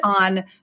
on